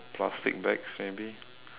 plastic bags maybe